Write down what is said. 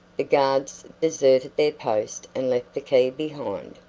the guards deserted their post and left the key behind.